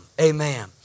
amen